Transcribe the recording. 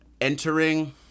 entering